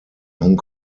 hong